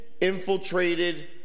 infiltrated